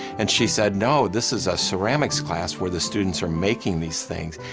and she said, no, this is a ceramics class where the students are making these things.